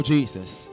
Jesus